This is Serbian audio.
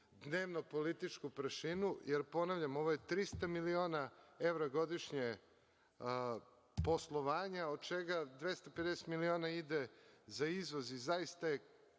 dnevno-političku prašinu, jer, ponavljam, ovo je 300 miliona evra godišnje poslovanja od čega 250 miliona ide za izvoz i zaista je